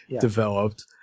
developed